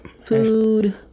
Food